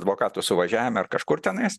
advokatų suvažiavime ar kažkur tenais